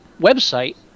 website